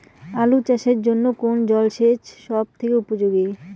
আলু চাষের জন্য কোন জল সেচ সব থেকে উপযোগী?